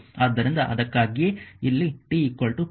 ಆದ್ದರಿಂದ ಅದಕ್ಕಾಗಿಯೇ ಇಲ್ಲಿ t 0